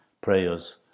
prayers